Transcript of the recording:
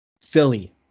Philly